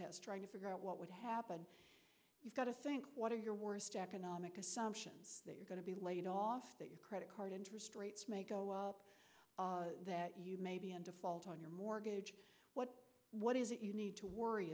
trying to figure out what would happen you've got to think what are your worst economic assumptions that you're going to be laid off that your credit card interest rates may go up that you may be in default on your mortgage what what is it you need to worry